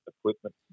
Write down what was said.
equipment